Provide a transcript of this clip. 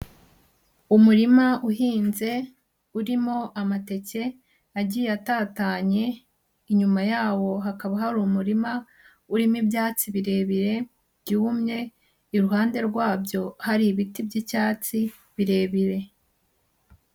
Umurima uhinze urimo amateke agiye atatanye, inyuma yawo hakaba hari umurima urimo ibyatsi birebire byumye, iruhande rwabyo hari ibiti by'icyatsi birebire.